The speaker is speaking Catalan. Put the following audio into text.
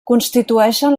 constitueixen